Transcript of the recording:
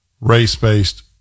race-based